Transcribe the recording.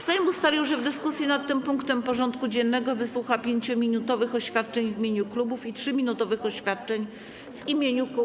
Sejm ustalił, że w dyskusji nad tym punktem porządku dziennego wysłucha 5-minutowych oświadczeń w imieniu klubów i 3-minutowych oświadczeń w imieniu kół.